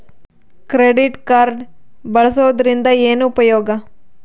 Credit card ಬಳಸುವದರಿಂದ ಏನು ಉಪಯೋಗ?